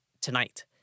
tonight